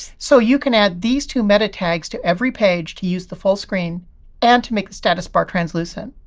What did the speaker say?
so you can add these two meta tags to every page to use the full screen and to make the status bar translucent.